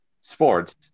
sports